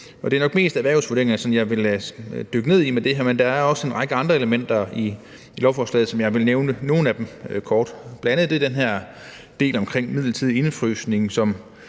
Det er nok mest erhvervsejendomsvurderingerne, som jeg vil dykke ned i med det her, men der er også en række andre elementer i lovforslaget, hvor jeg vil nævne nogle af dem kort. Bl.a. er der den her del omkring midlertidig indefrysning, som